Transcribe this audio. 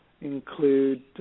include